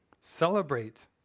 celebrate